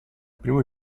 primo